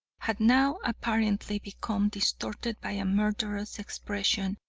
had now apparently become distorted by a murderous expression,